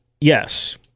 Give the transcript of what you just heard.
yes